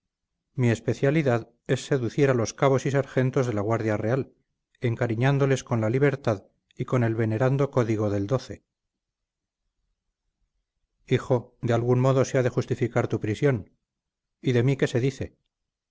mi especialidad es seducir a los cabos y sargentos de la guardia real encariñándoles con la libertad y con el venerando código del hijo de algún modo se ha de justificar tu prisión y de mí qué se dice